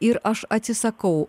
ir aš atsisakau